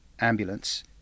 ambulance